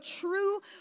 true